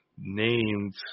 named